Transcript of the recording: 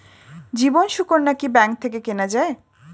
জীবন সুকন্যা কি ব্যাংক থেকে কেনা যায়?